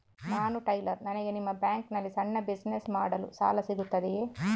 ನಾನು ಟೈಲರ್, ನನಗೆ ನಿಮ್ಮ ಬ್ಯಾಂಕ್ ನಲ್ಲಿ ಸಣ್ಣ ಬಿಸಿನೆಸ್ ಮಾಡಲು ಸಾಲ ಸಿಗುತ್ತದೆಯೇ?